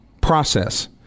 process